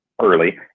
early